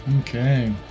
Okay